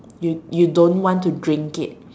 you you don't want to drink it